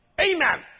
Amen